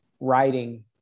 writing